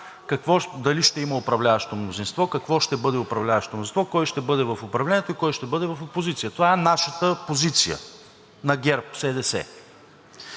дали ще има управляващо мнозинство, какво ще бъде управляващото мнозинство, кой ще бъде в управлението и кой ще бъде в опозиция. Това е нашата позиция на ГЕРБ-СДС.